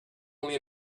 only